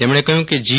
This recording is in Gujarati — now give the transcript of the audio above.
તેમણે કહ્યું કે જી